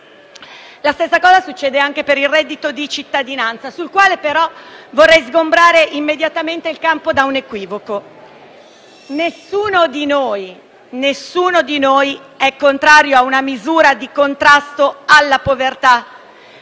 La stessa cosa succede anche per il reddito di cittadinanza, sul quale però vorrei sgombrare immediatamente il campo da un equivoco: nessuno di noi è contrario ad una misura di contrasto alla povertà.